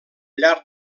llarg